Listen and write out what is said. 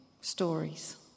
stories